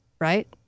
right